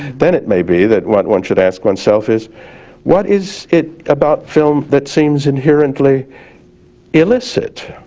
then it may be that what one should ask oneself is what is it about film that seems inherently illicit,